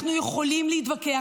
אנחנו יכולים להתווכח,